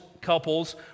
couples